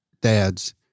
dads